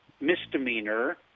misdemeanor